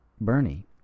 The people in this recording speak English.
Bernie